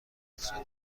اقتصادی